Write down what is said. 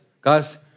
Guys